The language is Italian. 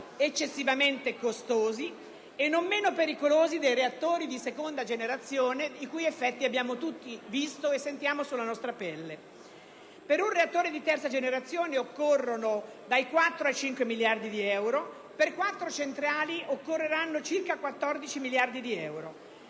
eccessivamente costosi e non meno pericolosi dei reattori di seconda generazione, i cui effetti abbiamo tutti visto e sentiamo sulla nostra pelle. Per un reattore di terza generazione occorrono dai 4 ai 5 miliardi di euro e per 4 centrali circa 14 miliardi di euro.